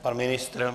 Pan ministr?